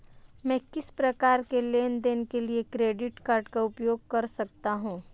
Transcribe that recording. मैं किस प्रकार के लेनदेन के लिए क्रेडिट कार्ड का उपयोग कर सकता हूं?